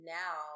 now